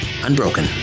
unbroken